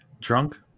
drunk